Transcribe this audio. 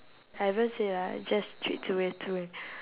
I haven't say lah I just treat zi-wei as zi-wei